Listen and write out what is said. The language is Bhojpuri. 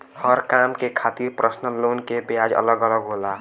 हर काम के खातिर परसनल लोन के ब्याज अलग अलग होला